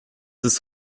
ist